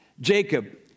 Jacob